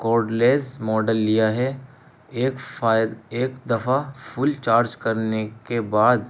کڈ لیس model لیا ہے ایک فائد ایک دفعہ فل چارج کرنے کے بعد